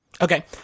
Okay